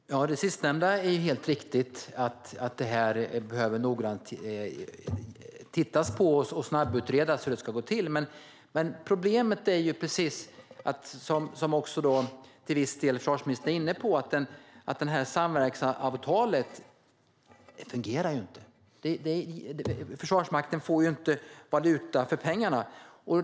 Herr talman! Det sistnämnda är helt riktigt: Det här behöver man titta noggrant på och snabbutreda hur det ska gå till. Problemet är, precis som försvarsministern också till viss del är inne på, att det här samverkansavtalet inte fungerar. Försvarsmakten får ju inte valuta för pengarna.